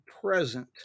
present